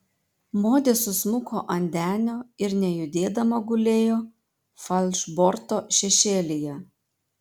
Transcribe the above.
modė susmuko ant denio ir nejudėdama gulėjo falšborto šešėlyje